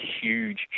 huge